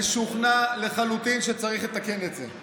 משוכנע לחלוטין שצריך לתקן את זה.